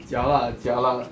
jialat ah jialat ah